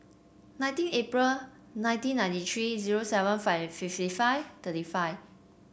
nineteen April nineteen ninety three zero seven five fifty five thirty five